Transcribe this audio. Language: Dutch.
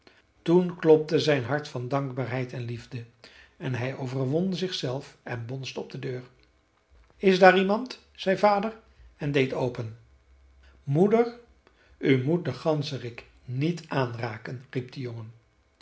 toen klopte zijn hart van dankbaarheid en liefde en hij overwon zichzelf en bonsde op de deur is daar iemand zei vader en deed open moeder u moet den ganzerik niet aanraken riep de jongen